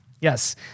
Yes